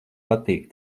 patīk